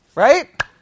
Right